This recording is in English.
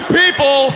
people